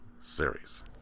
series